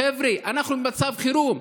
חבר'ה, אנחנו במצב חירום.